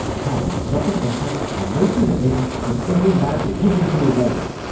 come, knock and enter and no sooner in but every man betake him to his legs.